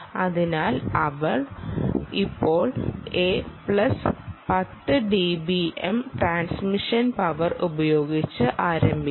അതിനാൽ അവൾ ഇപ്പോൾ A plus 10 dBm transmission power ഉപയോഗിച്ച് ആരംഭിക്കും